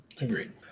Agreed